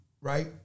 right